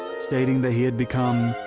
stating that he had become,